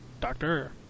Doctor